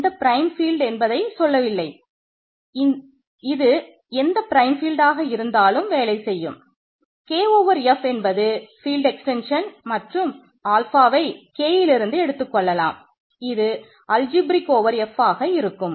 எனவே prime F ஆக இருக்கும்